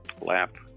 lap